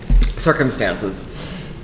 Circumstances